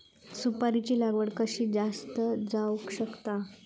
सुपारीची लागवड कशी जास्त जावक शकता?